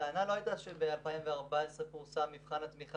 הטענה לא הייתה שב-2014 פורסם מבחן התמיכה